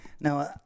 Now